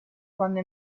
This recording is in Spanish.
cuando